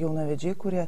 jaunavedžiai kurie